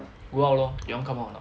go out lor you want come out or not